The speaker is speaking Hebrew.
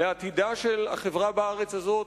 לעתידה של החברה בארץ הזאת,